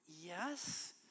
yes